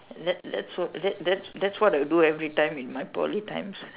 let let's hope that that that's what I do every time in my Poly times